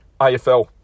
AFL